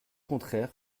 contraire